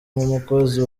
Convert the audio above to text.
nk’umukozi